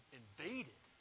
invaded